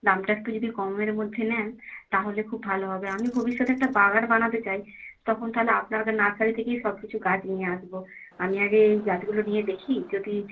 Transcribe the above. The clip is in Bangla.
দামটা একটু যদি কমের মধ্যে নেন তাহলে খুব ভালো হবে আমি ভবিষ্যতে একটা বাগান বানাতে চাই তখন তাহলে আপনার নার্সারি থেকেই সবকিছু গাছ নিয়ে আসবো আমি আগে এই গাছগুলো নিয়ে দেখি যদি